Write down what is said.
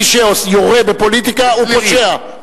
מי שיורה בפוליטיקה הוא פושע.